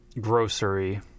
Grocery